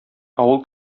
авыл